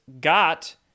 got